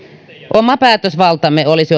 oma päätösvaltamme olisi